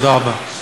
תודה רבה.